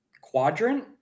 quadrant